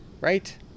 right